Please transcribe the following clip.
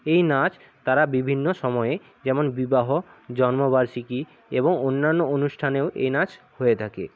এই নাচ তারা বিভিন্ন সময়ে যেমন বিবাহ জন্মবার্ষিকী এবং অন্যান্য অনুষ্ঠানেও এই নাচ হয়ে থাকে